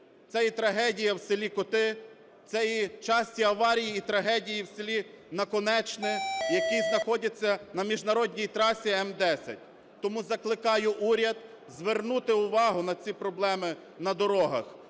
це і трагедія в селі Коти, це і часті аварії і трагедії в селі Наконечне, які знаходяться на міжнародній трасі М10. Тому закликаю уряд звернути увагу на ці проблеми на дорогах,